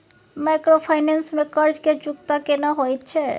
Microfinance में कर्ज के चुकता केना होयत छै?